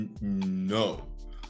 no